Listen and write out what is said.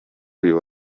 uyu